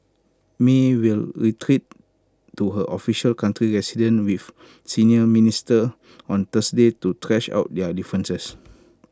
may will retreat to her official country resident with senior minister on Thursday to thrash out their differences